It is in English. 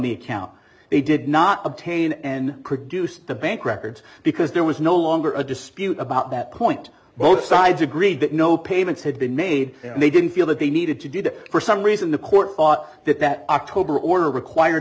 the account they did not obtain and produce the bank records because there was no longer a dispute about that point both sides agreed that no payments had been made and they didn't feel that they needed to do that for some reason the court thought that that october order required